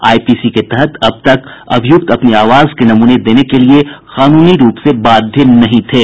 आई P C के तहत अब तक अभियूक्त अपनी आवाज के नमूने देने के लिए कानूनी रूप से बाध्य नहीं थे